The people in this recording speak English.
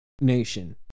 nation